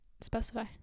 Specify